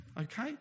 Okay